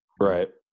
right